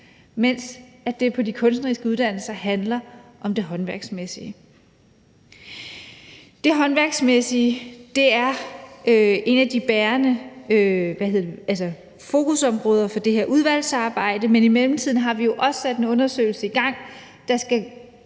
mens det på de kunstneriske uddannelser handler om det håndværksmæssige. Kl. 19:52 Det håndværksmæssige er et af de bærende fokusområder for det her udvalgsarbejde, men i mellemtiden har vi jo også sat en undersøgelse i gang, der